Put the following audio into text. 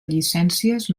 llicències